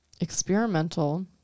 Experimental